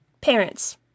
Parents